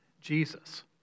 Jesus